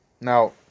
Now